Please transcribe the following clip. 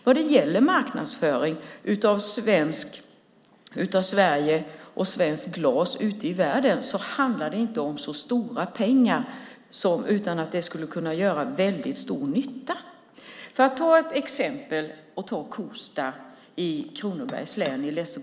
När det gäller marknadsföring av Sverige och svenskt glas ute i världen handlar det inte om så stora pengar för att det ska göra väldigt stor nytta. Låt mig ta Kosta i Lessebo kommun, Kronobergs län, som exempel.